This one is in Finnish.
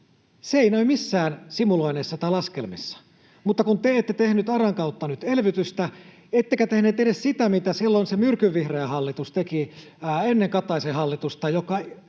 Se ei näy missään simuloinneissa tai laskelmissa, mutta kun te ette tehneet ARAn kautta nyt elvytystä ettekä tehneet edes sitä, mitä se myrkynvihreä hallitus ennen Kataisen hallitusta teki,